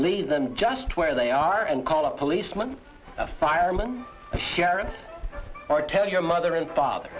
leave them just where they are and call a policeman a fireman a sheriff or tell your mother and father